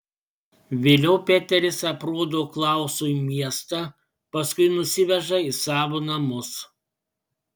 vėliau peteris aprodo klausui miestą paskui nusiveža į savo namus